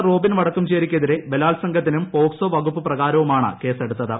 Robin വടക്കുംചേരിയ്ക്കെതിരെ ബലാൽസംഗത്തിനും POCSO വകുപ്പുപ്രകാരവുമാണ് കേസെടുത്തത്